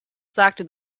sagte